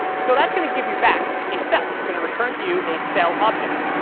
so that's going to give you back a cell. it's going to return to you a cell object.